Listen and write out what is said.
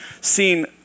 seen